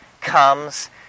comes